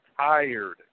tired